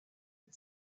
and